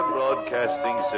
Broadcasting